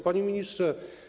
Panie Ministrze!